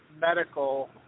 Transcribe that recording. Medical